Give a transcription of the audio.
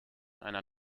einer